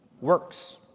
works